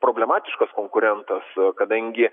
problematiškas konkurentas kadangi